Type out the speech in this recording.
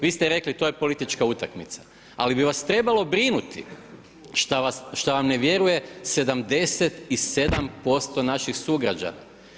Vi ste rekli to je politička utakmica, ali bi vas trebalo brinuti šta vam ne vjeruje 77% naših sugrađana.